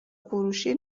فروشی